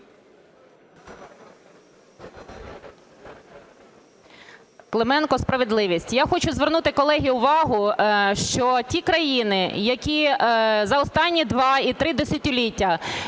Клименко, "Справедливість". Я хочу звернути, колеги, увагу, що ті країни, які за останні два і три десятиліття